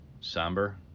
somber